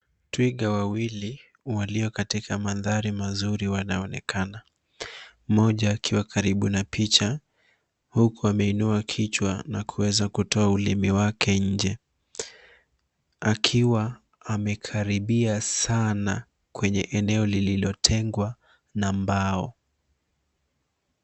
Twiga wawili walio katika mandhari mazuri wanaonekana, mmoja akiwa karibu na picha huku ameinua kichwa na kuweza kutoa ulimi wake nje akiwa amekaribia sana kwenye eneo lililotengwa na mbao.